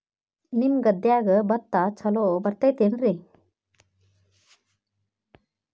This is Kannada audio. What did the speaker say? ನಿಮ್ಮ ಗದ್ಯಾಗ ಭತ್ತ ಛಲೋ ಬರ್ತೇತೇನ್ರಿ?